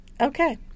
Okay